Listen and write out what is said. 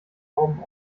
tauben